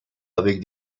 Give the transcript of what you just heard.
avec